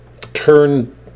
turn